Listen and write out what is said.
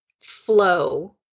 flow